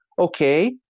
okay